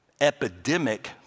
epidemic